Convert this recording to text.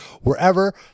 wherever